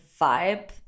vibe